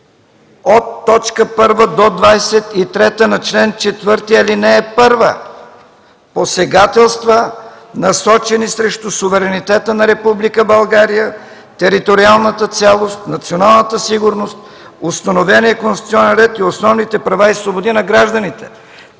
от т. 1 до т. 23 на чл. 4, ал. 1, посегателства, насочени срещу суверенитета на Република България, териториалната цялост, националната сигурност, установения конституционен ред и основните права и свободи на гражданите”.